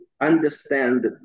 understand